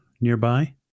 nearby